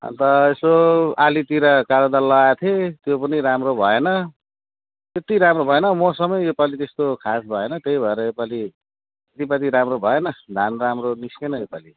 अन्त यसो आलीतिर कालो दाल लगाएको थिएँ त्यो पनि राम्रो भएन त्यति राम्रो भएन मौसम यो पालि त्यस्तो खास भएन त्यही भएर यो पालि खेतीपाती राम्रो भएन धान राम्रो निस्केन यो पालि